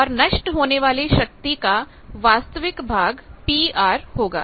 और नष्ट होने वाली शक्ति का वास्तविक भाग PR होगा